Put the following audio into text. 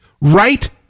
Right